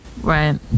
Right